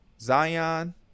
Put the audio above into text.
Zion